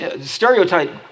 stereotype